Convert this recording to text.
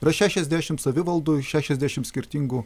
yra šešiasdešimt savivaldų šešiasdešim skirtingų